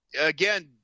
again